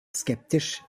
skeptisch